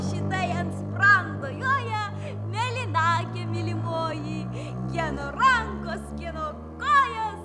šita ant sprando joja mėlynakė mylimoji kieno rankos kieno kojos